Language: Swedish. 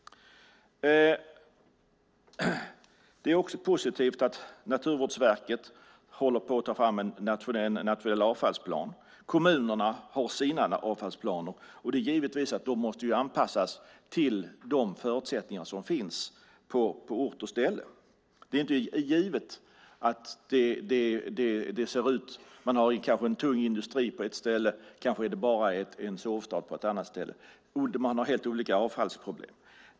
Det är också positivt att Naturvårdsverket håller på att ta fram en nationell avfallsplan. Kommunerna har sina avfallsplaner. De måste givetvis anpassas till de förutsättningar som finns på ort och ställe. Det är inte givet. Man har kanske en tung industri på ett ställe och kanske en sovstad på ett annat ställe. Det är helt olika avfallsproblem.